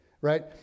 Right